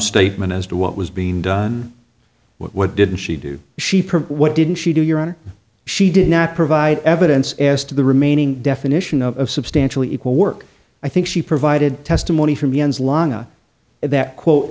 statement as to what was being done what didn't she do she what didn't she do your honor she did not provide evidence as to the remaining definition of substantially equal work i think she provided testimony from that quote